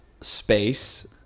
space